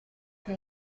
che